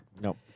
Nope